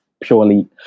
purely